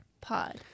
Pod